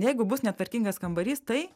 jeigu bus netvarkingas kambarys tai